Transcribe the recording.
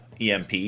EMP